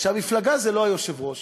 שהמפלגה זה לא היושב-ראש.